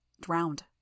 Drowned